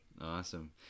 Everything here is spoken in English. awesome